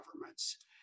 governments